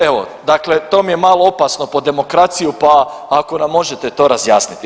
Evo dakle to mi je malo opasno po demokraciju, pa ako nam možete to razjasniti.